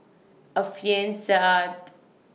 Alfian Sa'at